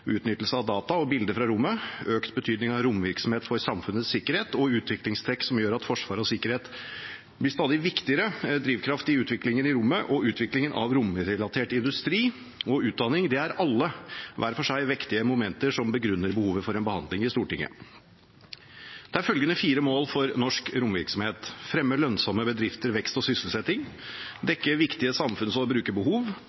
utnyttelse av data og bilder fra rommet, økt betydning av romvirksomhet for samfunnets sikkerhet og utviklingstrekk som gjør at forsvar og sikkerhet blir stadig viktigere drivkraft i utviklingen i rommet og utviklingen av romrelatert industri og utdanning, er alle, hver for seg, vektige momenter som begrunner behovet for en behandling i Stortinget. Det er følgende fire mål for norsk romvirksomhet: fremme lønnsomme bedrifter, vekst og sysselsetting